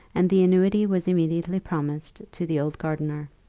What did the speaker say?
and the annuity was immediately promised to the old gardener.